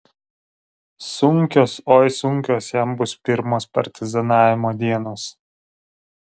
sunkios oi sunkios jam bus pirmos partizanavimo dienos